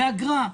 זה אגרה.